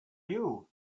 you